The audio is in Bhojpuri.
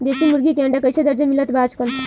देशी मुर्गी के अंडा कइसे दर्जन मिलत बा आज कल?